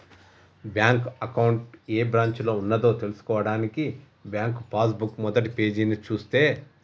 bank account ఏ బ్రాంచిలో ఉన్నదో తెల్సుకోవడానికి బ్యాంకు పాస్ బుక్ మొదటిపేజీని చూస్తే